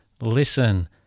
listen